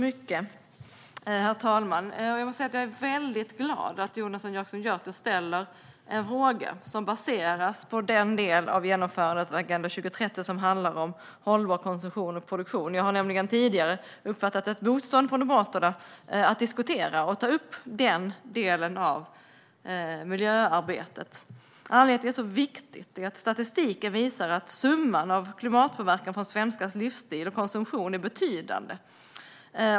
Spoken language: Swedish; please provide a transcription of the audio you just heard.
Herr talman! Jag är glad att Jonas Jacobsson Gjörtler ställer en fråga som baseras på den del av genomförandet av Agenda 2030 som handlar om hållbar konsumtion och produktion. Jag har nämligen tidigare uppfattat ett motstånd från Moderaterna mot att diskutera och ta upp den delen av miljöarbetet. Anledningen till att det är så viktigt är att statistiken visar att summan av klimatpåverkan från svenskars livsstil och konsumtion är betydande.